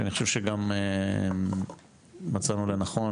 שאני חושבת שגם מצאנו לנכון,